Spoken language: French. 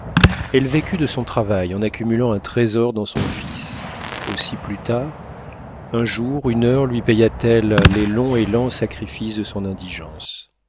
elle vécut de son travail en accumulant un trésor dans son fils aussi plus tard un jour une heure lui paya t elle les longs et lents sacrifices de son indigence